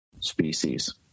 species